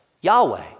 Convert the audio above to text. Yahweh